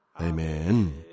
Amen